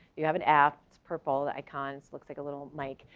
you have an app, it's purple icons looks like a little mic.